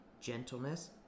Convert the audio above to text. gentleness